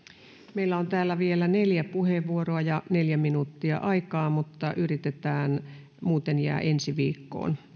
meillä on täällä vielä neljä puheenvuoroa ja neljä minuuttia aikaa mutta yritetään muuten jää ensi viikkoon